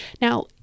Now